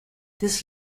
this